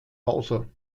hause